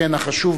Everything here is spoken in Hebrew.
שכן זה חשוב,